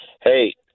Hey